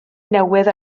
newydd